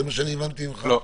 לא.